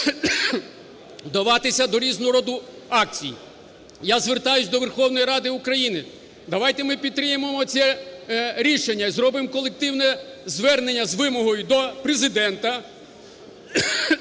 вдаватися до різного роду акцій. Я звертаюсь до Верховної Ради України: давайте ми підтримаємо це рішення і зробимо колективне звернення з вимогою до Президента,